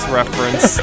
reference